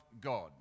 God